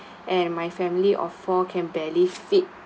and my family of four can barely fit